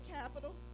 capital